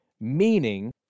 meaning